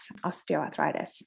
osteoarthritis